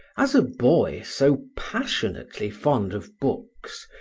as a boy so passionately fond of books,